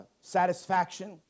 satisfaction